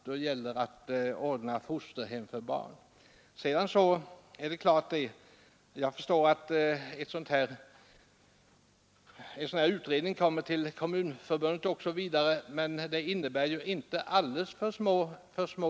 Jag förstår att utredningar av detta slag kommer till Kommunförbundet. Men detta innebär ju inte små utgifter för kommunerna.